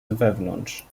wewnątrz